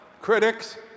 critics